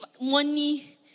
money